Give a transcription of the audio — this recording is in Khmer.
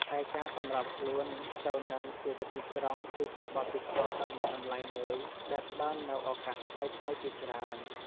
ឯការសម្របខ្លួនទៅនឹងជីវិតទីក្រុង គឺជាបទពិសោធន៍ដ៏មានតម្លៃមួយដែលផ្តល់នូវឱកាសថ្មីៗជាច្រើន។